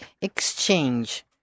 exchange